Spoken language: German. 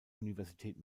universität